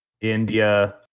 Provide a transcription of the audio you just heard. India